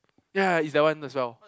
ya it's that one as well